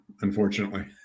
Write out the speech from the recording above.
unfortunately